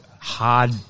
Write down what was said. Hard